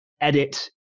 edit